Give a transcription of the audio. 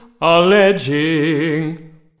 alleging